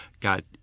God